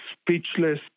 speechless